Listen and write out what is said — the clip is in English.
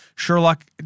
Sherlock